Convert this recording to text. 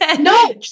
No